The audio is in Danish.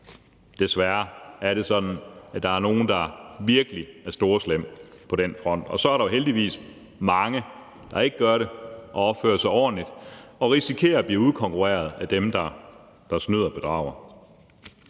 Desværre er det sådan, at der er nogle, der virkelig er storslemme på den front, og så er der jo heldigvis mange, der ikke gør det, men opfører sig ordentligt og risikerer at blive udkonkurreret af dem, der snyder og bedrager.